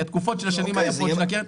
מהתקופות של השנים הקודמות של הקרן.